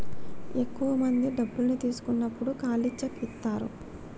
ఎక్కువ మంది డబ్బు తీసుకున్నప్పుడు ఖాళీ చెక్ ఇత్తారు